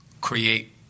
create